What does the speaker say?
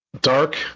dark